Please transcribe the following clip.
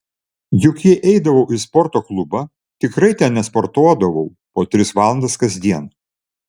juk jei eidavau į sporto klubą tikrai ten nesportuodavau po tris valandas kasdien